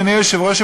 אדוני היושב-ראש,